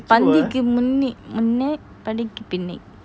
பந்திக்கி முன்னெய் முன்னெய் படைக்கி பின்னெய்:panthiki munney munney padaiki pinney